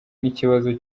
n’ikibazo